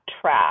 track